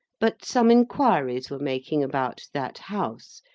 but, some inquiries were making about that house,